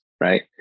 right